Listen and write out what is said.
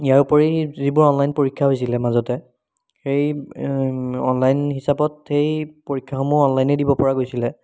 ইয়াৰোপৰি যিবোৰ অনলাইন পৰীক্ষা হৈছিলে মাজতে সেই অনলাইন হিচাপত সেই পৰীক্ষাসমূহো অনলাইনে দিব পৰা গৈছিলে